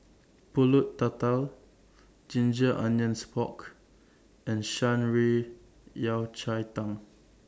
Pulut Tatal Ginger Onions Pork and Shan Rui Yao Cai Tang